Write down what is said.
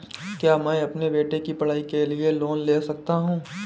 क्या मैं अपने बेटे की पढ़ाई के लिए लोंन ले सकता हूं?